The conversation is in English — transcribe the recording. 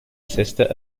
sister